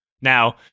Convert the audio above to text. Now